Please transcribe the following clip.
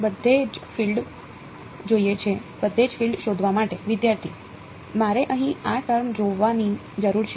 બધે ફીલ્ડ શોધવા માટે વિધ્યાર્થી મારે અહીં આ ટર્મ જાણવાની જરૂર છે